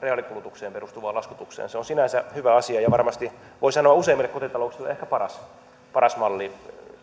reaalikulutukseen perustuvaan laskutukseen se on sinänsä hyvä asia ja varmasti voi sanoa useimmille kotitalouksille ehkä paras paras malli